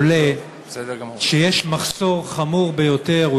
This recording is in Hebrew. עולה שיש מחסור חמור ביותר,